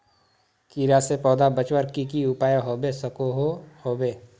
कीड़ा से पौधा बचवार की की उपाय होबे सकोहो होबे?